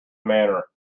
manner